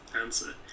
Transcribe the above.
answer